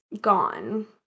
gone